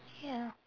ya